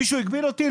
מישהו הגביל אותי?